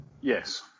Yes